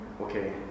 okay